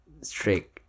strict